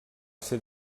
ser